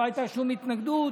לא הייתה שום התנגדות,